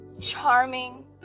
charming